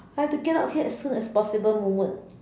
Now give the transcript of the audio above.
I have to get out here as soon as possible moment